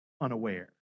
unaware